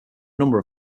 number